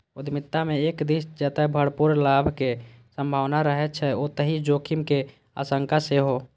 उद्यमिता मे एक दिस जतय भरपूर लाभक संभावना रहै छै, ओतहि जोखिम के आशंका सेहो